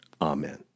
Amen